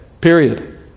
Period